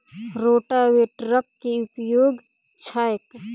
रोटावेटरक केँ उपयोग छैक?